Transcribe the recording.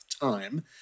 time